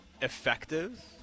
effective